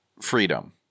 freedom